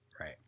Right